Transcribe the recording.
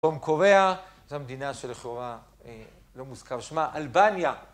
דרום קוריאה, זו המדינה שכאורה לא מוזכר שמה, אלבניה.